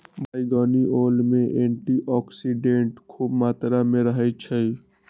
बइगनी ओल में एंटीऑक्सीडेंट्स ख़ुब मत्रा में रहै छइ